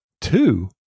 Two